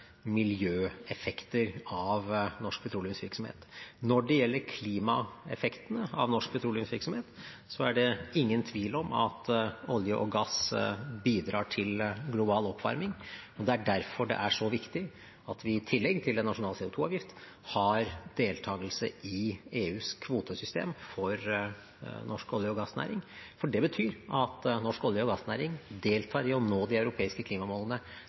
miljøeffekter av norsk petroleumsvirksomhet. Når det gjelder klimaeffektene av norsk petroleumsvirksomhet, er det ingen tvil om at olje og gass bidrar til global oppvarming, og det er derfor det er så viktig at vi, i tillegg til en nasjonal CO 2 -avgift, har deltakelse i EUs kvotesystem for norsk olje- og gassnæring, for det betyr at norsk olje- og gassnæring deltar i å nå de europeiske klimamålene.